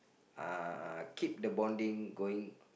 uh keep the bonding going uh